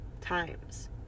times